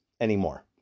anymore